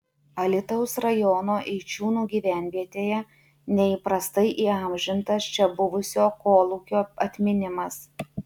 alytaus rajono eičiūnų gyvenvietėje neįprastai įamžintas čia buvusio kolūkio atminimas